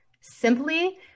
simply